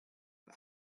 but